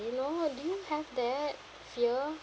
you know do you have that fear